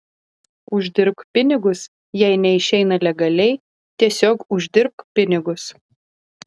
uždirbk pinigus jei neišeina legaliai tiesiog uždirbk pinigus